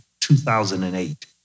2008